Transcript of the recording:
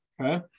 Okay